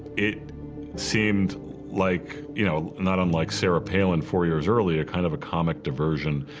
it seemed like, you know, not unlike sarah palin four years earlier, kind of a comic diversion,